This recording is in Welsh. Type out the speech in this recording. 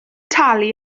talu